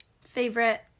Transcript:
favorite